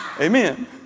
Amen